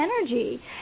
energy